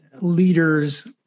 leaders